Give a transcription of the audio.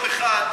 אתה לא מעודכן,